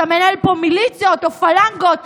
אתה מנהל פה מיליציות או פלנגות.